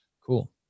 Cool